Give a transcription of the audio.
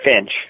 Finch